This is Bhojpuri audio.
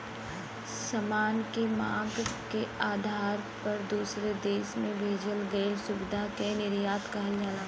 सामान के मांग के आधार पर दूसरे देश में भेजल गइल सुविधा के निर्यात कहल जाला